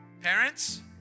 parents